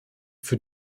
für